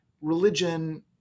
religion